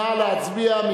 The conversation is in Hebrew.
נא להצביע.